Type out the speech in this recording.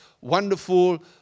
wonderful